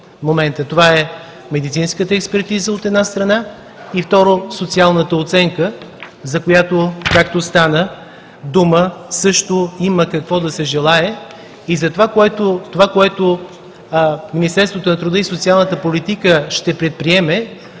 неща – медицинската експертиза, от една страна, и второ, социалната оценка, за която, както стана дума, също има какво да се желае. Това, което Министерството на труда и социалната политика ще предприеме